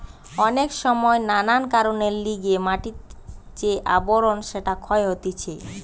অনেক সময় নানান কারণের লিগে মাটির যে আবরণ সেটা ক্ষয় হতিছে